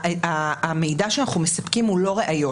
המידע שאנחנו מספקים הוא לא ראיות.